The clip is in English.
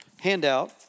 handout